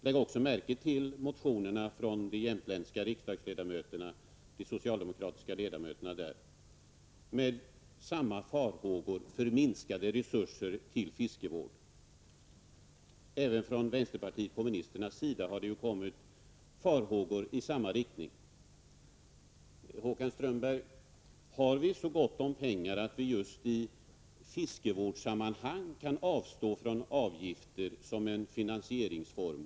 Lägg också märke till motionerna från de socialdemokratiska ledamöterna på Jämtlandsbänken med samma farhågor för minskade resurser till fiskevård. Även från vänsterpartiet kommunisternas sida har det framförts farhågor i denna riktning. Har vi, Håkan Strömberg, så gott om pengar att vi just i fiskevårdssammanhang kan avstå från avgifter som en finansieringsform?